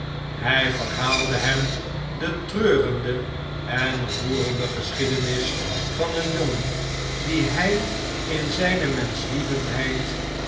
hij verhaalde hem de treurende en roerende geschiedenis van een jongen dien hij in zijne menschüevendheid